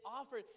offered